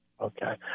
Okay